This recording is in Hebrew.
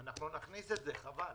נכניס את זה, חבל.